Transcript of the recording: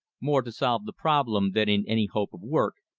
more to solve the problem than in any hope of work,